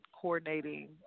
coordinating